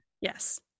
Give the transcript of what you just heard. Yes